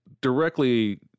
directly